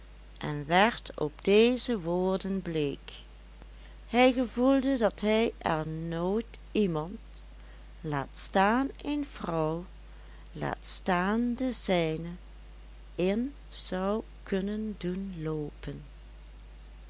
en werd op deze woorden bleek hij gevoelde dat hij er nooit iemand laat staan een vrouw laat staan de zijne in zou kunnen doen loopen